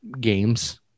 games